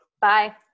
Bye